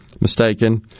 mistaken